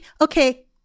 okay